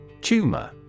Tumor